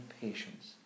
patience